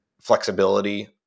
flexibility